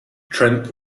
trent